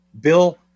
Bill